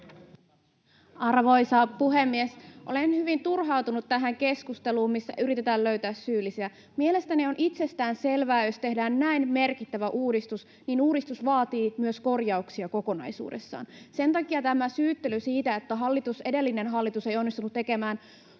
Arvoisa puhemies! Olen hyvin turhautunut tähän keskusteluun, missä yritetään löytää syyllisiä. Mielestäni on itsestäänselvää, jos tehdään näin merkittävä uudistus, että uudistus vaatii myös korjauksia kokonaisuudessaan. Sen takia tämä syyttely siitä, että edellinen hallitus ei onnistunut tekemään